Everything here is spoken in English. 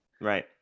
Right